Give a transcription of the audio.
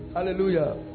Hallelujah